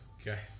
okay